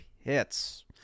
hits